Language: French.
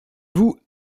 voue